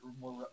more